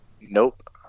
Nope